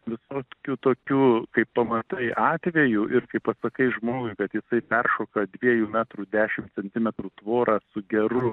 visokių tokių kai pamatai atvejų ir kai pasakai žmogui kad jisai peršoka dviejų metrų dešim centimetrų tvorą su geru